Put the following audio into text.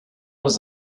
was